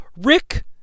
Rick